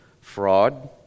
Fraud